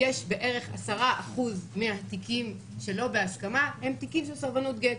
בערך 10% מהתיקים שלא בהסכמה הם תיקים של סרבנות גט,